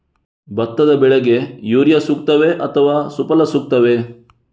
ಭತ್ತದ ಬೆಳೆಗೆ ಯೂರಿಯಾ ಸೂಕ್ತವೇ ಅಥವಾ ಸುಫಲ ಸೂಕ್ತವೇ?